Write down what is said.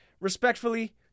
respectfully